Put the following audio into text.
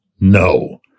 no